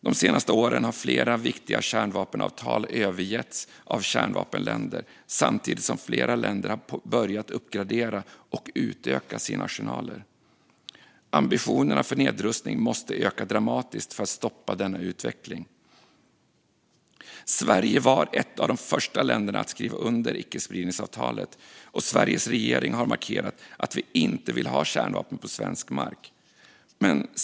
De senaste åren har flera viktiga kärnvapenavtal övergetts av kärnvapenländer, samtidigt som flera länder har börjat uppgradera och utöka sina arsenaler. Ambitionerna för nedrustning måste öka dramatiskt för att stoppa denna utveckling. Sverige var ett av de första länderna att skriva under icke-spridningsavtalet, och Sveriges regering har markerat att vi inte vill ha kärnvapen på svensk mark.